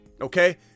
Okay